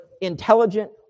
intelligent